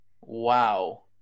wow